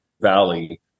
valley